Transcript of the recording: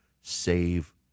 save